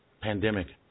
pandemic